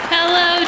Hello